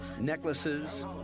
necklaces